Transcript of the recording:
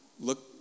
Look